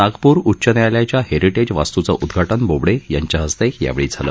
नागपूर उच्च न्यायालयाच्या हेरीटेज वास्तूचं उद्घाटन बोबडे यांच्या हस्ते यावेळी झालं